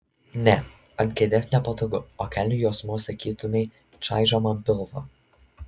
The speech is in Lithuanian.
ne ant kėdės nepatogu o kelnių juosmuo sakytumei čaižo man pilvą